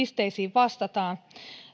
vastataan